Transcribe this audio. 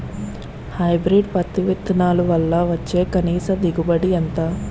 Hybrid పత్తి విత్తనాలు వల్ల వచ్చే కనీస దిగుబడి ఎంత?